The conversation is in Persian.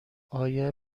آیا